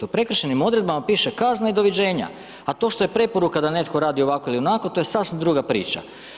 U prekršajnim odredbama piše kazna i doviđenja, a to što je preporuka da netko radi ovako ili ovako, to je sasvim druga priča.